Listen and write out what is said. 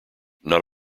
not